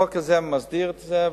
החוק הזה מסדיר את זה,